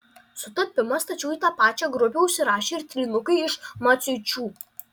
sutapimas tačiau į tą pačią grupę užsirašė ir trynukai iš maciuičių